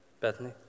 Bethany